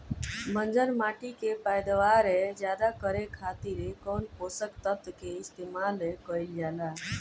बंजर माटी के पैदावार ज्यादा करे खातिर कौन पोषक तत्व के इस्तेमाल कईल जाला?